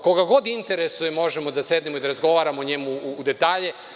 Koga god interesuje, možemo da sednemo i da razgovaramo o njemu u detalje.